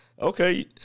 Okay